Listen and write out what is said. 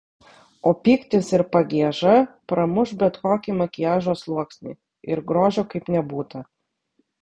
o pyktis ir pagieža pramuš bet kokį makiažo sluoksnį ir grožio kaip nebūta